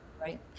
Right